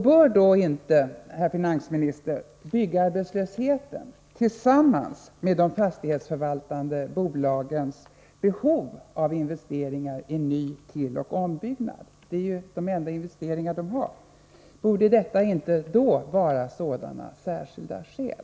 Bör då inte, herr finansminister, byggarbetslösheten tillsammans med de fastighetsförvaltande bolagens behov av investeringar i ny-, tilloch ombyggnader — det är ju de enda investeringar de har — vara sådana synnerliga skäl?